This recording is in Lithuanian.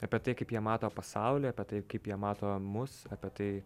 apie tai kaip jie mato pasaulį apie tai kaip jie mato mus apie tai